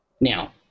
Now